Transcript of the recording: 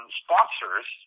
sponsors